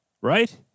right